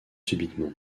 subitement